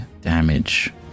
damage